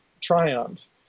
triumph